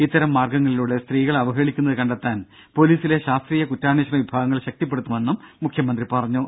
ഇത്തരം മാർഗ്ഗങ്ങളിലൂടെ സ്ത്രീകളെ അവഹേളിക്കുന്നത് കണ്ടെത്താൻ പൊലീസിലെ ശാസ്ത്രീയ കുറ്റാന്വേഷണ വിഭാഗങ്ങൾ ശക്തിപ്പെടുത്തുമെന്നും മുഖ്യമന്ത്രി പറഞ്ഞു